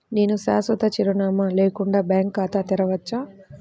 నేను శాశ్వత చిరునామా లేకుండా బ్యాంక్ ఖాతా తెరవచ్చా?